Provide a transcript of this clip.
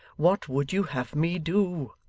what would you have me do